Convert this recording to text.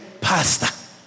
pastor